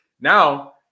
Now